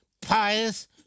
pious